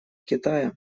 китая